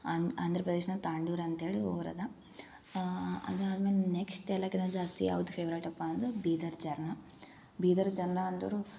ಅನ್ ಆಂಧ್ರಪ್ರದೇಶ್ದಾಗೆ ತಾಂಡೂರು ಅಂತೇಳಿ ಊರದೆ ಅದಾದಮೇಲೆ ನೆಕ್ಸ್ಟ್ ಎಲ್ಲಕಿನ ಜಾಸ್ತಿ ಯಾವುದು ಫೆವ್ರೇಟಪ್ಪ ಅಂದ್ರೆ ಬೀದರ ಜಾರ್ನ ಬೀದರ ಜನ ಅಂದೋರು